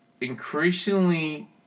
increasingly